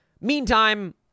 Meantime